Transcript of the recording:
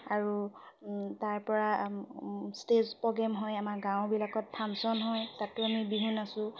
আৰু তাৰ পৰা ষ্টেজ প্ৰগেম হয় আমাৰ গাওঁবিলাকত ফাংচন হয় তাতো আমি বিহু নাচোঁ